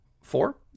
four